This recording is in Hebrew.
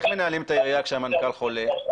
איך מנהלים את העירייה כשהמנכ"ל חולה?